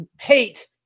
hate